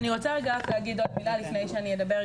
אני רוצה להגיד עוד מילה לפני שאדבר.